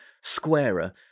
squarer